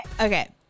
Okay